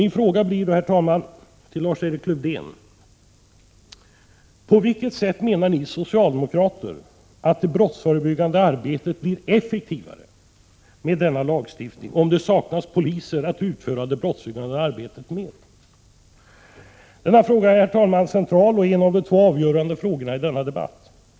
Min fråga blir då till Lars-Erik Lövdén: På vilket sätt menar ni socialdemokrater att det brottsförebyggande arbetet blir effektivare med denna lagstiftning, om det saknas poliser att utföra det brottsförebyggande arbetet? Denna fråga är, herr talman, central och en av de två avgörande frågorna i denna debatt.